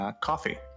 coffee